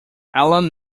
allan